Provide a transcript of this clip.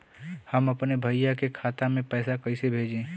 हम अपने भईया के खाता में पैसा कईसे भेजी?